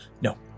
no